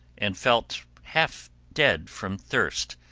and felt half dead from thirst,